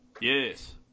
Yes